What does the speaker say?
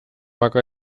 väga